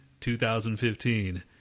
2015